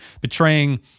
betraying